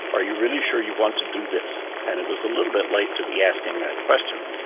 are you really sure you want to do this? and it was a little bit late to be asking that question,